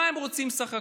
מה הם רוצים שם בסך הכול?